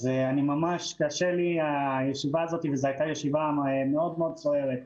אותה ישיבה הייתה מאוד-מאוד סוערת.